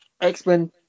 X-Men